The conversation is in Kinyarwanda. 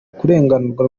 kurenganurwa